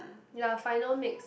ya final mix